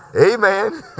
amen